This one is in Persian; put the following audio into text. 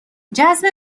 جذب